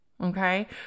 Okay